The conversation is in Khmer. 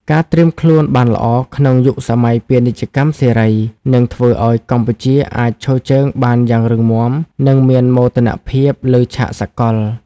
ការត្រៀមខ្លួនបានល្អក្នុងយុគសម័យពាណិជ្ជកម្មសេរី នឹងធ្វើឱ្យកម្ពុជាអាចឈរជើងបានយ៉ាងរឹងមាំ និងមានមោទនភាពលើឆាកសកល។